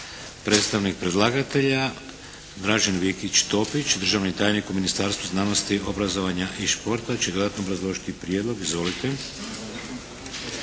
Predstavnik predlagatelja Dražen Vikić Topić, državni tajnik u Ministarstvu znanosti, obrazovanja i športa će dodatno obrazložiti prijedlog. Izvolite.